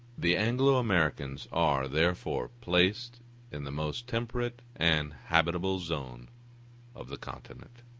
the anglo-americans are, therefore, placed in the most temperate and habitable zone of the continent.